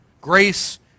Grace